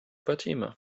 fatima